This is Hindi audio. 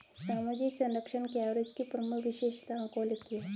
सामाजिक संरक्षण क्या है और इसकी प्रमुख विशेषताओं को लिखिए?